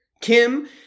Kim